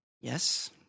Yes